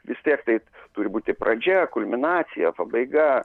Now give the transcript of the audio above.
vis tiek tai turi būti pradžia kulminacija pabaiga